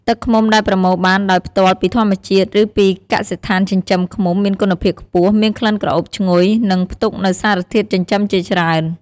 ទឹកឃ្មុំដែលប្រមូលបានដោយផ្ទាល់ពីធម្មជាតិ ឬពីកសិដ្ឋានចិញ្ចឹមឃ្មុំមានគុណភាពខ្ពស់ មានក្លិនក្រអូបឈ្ងុយ និងផ្ទុកនូវសារធាតុចិញ្ចឹមជាច្រើន។